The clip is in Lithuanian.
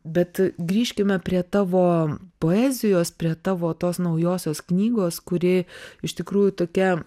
bet grįžkime prie tavo poezijos prie tavo tos naujosios knygos kuri iš tikrųjų tokia